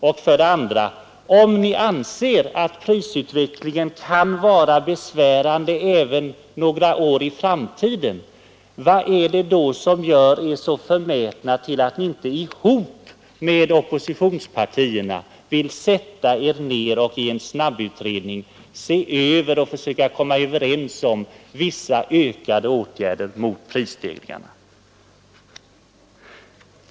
Om ni anser att prisutvecklingen kan vara besvärande även några år i framtiden, vad är det som gör er så förmätna att ni inte vill gå ihop med oppositionspartierna för att i en snabbutredning se över och försöka komma överens om vissa ökade åtgärder mot prisstegringarna?